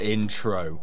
Intro